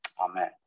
Amen